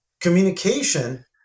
Communication